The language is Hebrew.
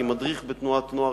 כי מדריך בתנועת נוער,